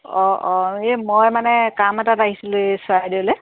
অঁ অঁ এই মই মানে কাম এটাত আহিছিলোঁ এই চৰাইদেউলৈ